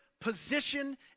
position